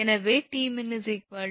எனவே 𝑇𝑚𝑖𝑛 565